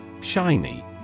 Shiny